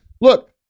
Look